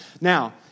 Now